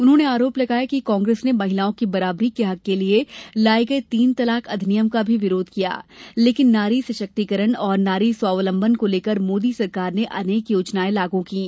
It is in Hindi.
उन्होंने आरोप लगाया कि कांग्रेस ने महिलाओं की बराबरी के हक के लिये लाये गये तीन तलाक अधिनियम का भी विरोध किया लेकिन नारी सशक्तिकरण और नारी स्वावलंबन को लेकर मोदी सरकार ने अनेक योजनायें लागू कीं